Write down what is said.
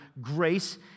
grace